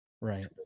right